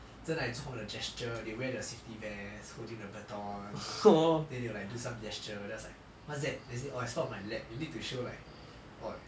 真的 like 做那种 gesture they wear the safety vest holding the baton then they will like do some gesture then I was like what's that then they say oh it's part of my lab we need to show like orh